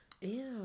Ew